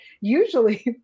usually